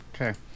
Okay